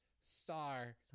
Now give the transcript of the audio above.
star